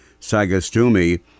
Sagastumi